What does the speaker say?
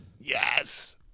Yes